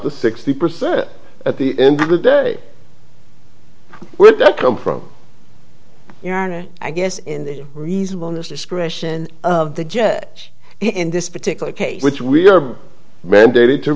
the sixty percent at the end of the day that come from i guess in the reasonableness discretion of the judge in this particular case which we are mandated to